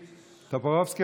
טופורובסקי,